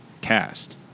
cast